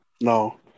No